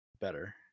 better